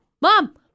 mom